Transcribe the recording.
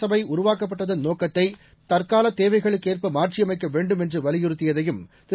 சபை உருவாக்கப்பட்டதன் நோக்கத்தை தற்காலத் தேவைகளுக்கு ஏற்ப மாற்றியமைக்க வேண்டும் என்று வலியுறுத்தியதையும் திரு